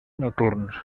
nocturns